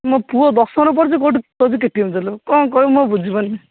ମୋ ପୁଅ ଦଶମରେ ପଢୁଛି କହୁଛି କହୁଛି କେ ଟି ଏମ ଦେଲ କ'ଣ କହିବୁ ମୁଁ ବୁଝି ପାରୁନି